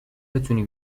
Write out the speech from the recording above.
بتونی